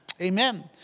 Amen